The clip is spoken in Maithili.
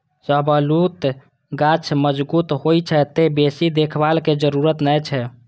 शाहबलूत गाछ मजगूत होइ छै, तें बेसी देखभाल के जरूरत नै छै